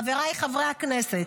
חבריי חברי הכנסת,